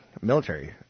military